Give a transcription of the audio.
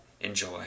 Enjoy